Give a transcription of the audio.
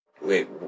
Wait